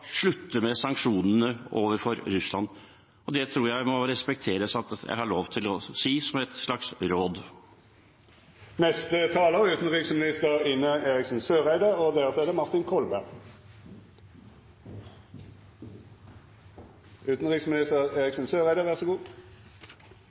slutte med sanksjonene overfor Russland. Det tror jeg det må respekteres at jeg har lov til å si – som et slags råd. Det er ikke ønskelig å forlenge debatten unødvendig, men representanten Kolberg er jo godt klar over at det